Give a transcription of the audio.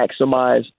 maximize